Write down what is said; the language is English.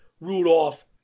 Rudolph